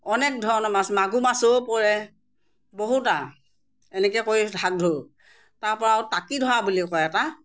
অনেক ধৰণৰ মাছ মাগুৰ মাছো পৰে বহুত আৰু এনেকৈ কৰি ধাক ধৰোঁ তাৰ পৰা আৰু টাকি ধৰা বুলি কয় এটা